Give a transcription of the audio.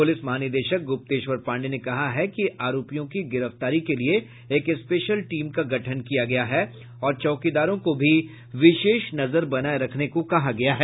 police महानिदेशक ग्रुप्तेश्वर पांडेय ने कहा है कि आरोपितों की गिरफ्तारी के लिए एक स्पेशल टीम का गठन किया गया और चौकीदारों को भी विशेष नजर बनाये रखने को कहा गया है